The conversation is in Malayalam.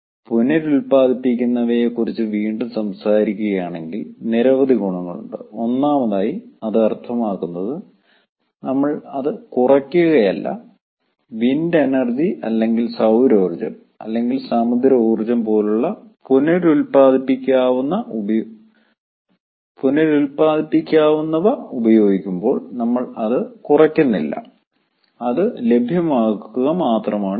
പുനരുൽപ്പാദിപ്പിക്കാവുന്നവയെക്കുറിച്ച് വീണ്ടും സംസാരിക്കുകയാണെങ്കിൽ നിരവധി ഗുണങ്ങളുണ്ട് ഒന്നാമതായി അത് അർത്ഥമാക്കുന്നത് നമ്മൾ അത് കുറക്കുകയല്ല വിൻ്റ് എനർജി അല്ലെങ്കിൽ സൌരോർജ്ജം അല്ലെങ്കിൽ സമുദ്ര ഊർജ്ജം പോലുള്ള പുനരുൽപ്പാദിപ്പിക്കാവുന്ന ഉപയോഗിക്കുമ്പോൾ നമ്മൾ അത് കുറക്കുന്നില്ല അത് ലഭ്യമാക്കുക മാത്രമാണ് ചെയ്യുന്നത്